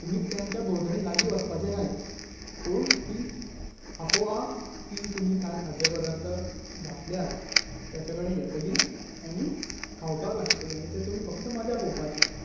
तुमी तेंच्या भोंवतणी लागीं वचपाचें न्हय पूण ती आपोआप ती तुमी खाद्य पदार्थ घातल्यात ताचे कडेन येतली आनी खांवपाक लागतली आनी ते तुमी फक्त मजा पळोवपाची